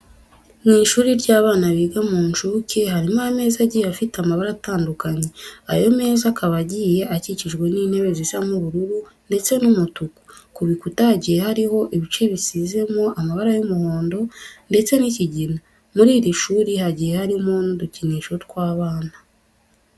Mu ishuri ry'abana biga mu nshuke, harimo ameza agiye afite amabara atandukanye, ayo meza akaba agiye akikijwe n'intebe zisa nk'ubururu ndetse n'umutuku. Ku bikuta hagiye hariho ibice bisizemo amabara y'umuhondo ndetse n'ikigina. Muri iri shuri hagiye harimo n'udukinisho tw'abana.